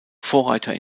vorreiter